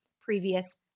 previous